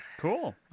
Cool